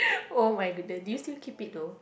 oh-my-goodness do you still keep it though